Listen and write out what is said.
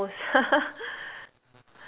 almost